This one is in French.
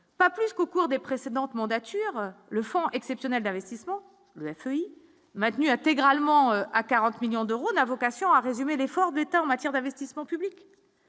Pas plus qu'au cours des précédentes mandatures, le fonds exceptionnel d'investissement maintenu intégralement à 40 millions d'euros n'a vocation à résumer l'effort de l'État en matière d'investissement publics